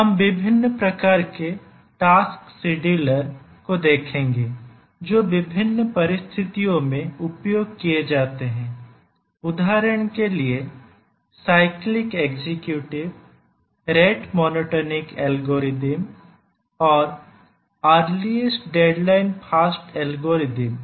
हम विभिन्न प्रकार के टास्क शेड्यूलर को देखेंगे जो विभिन्न परिस्थितियों में उपयोग किए जाते हैं उदाहरण के लिए cyclic executive rate monotonic algorithm और अर्लीस्ट डेडलाइन फास्ट एल्गोरिदम